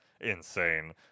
insane